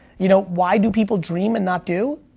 you know, why do people dream and not do?